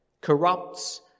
corrupts